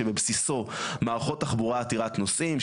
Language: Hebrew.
שבבסיסו מערכות תחבורה עתירת נוסעים,